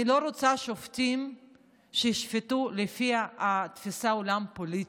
אני לא רוצה שופטים שישפטו לפי תפיסת עולם פוליטית,